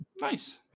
Nice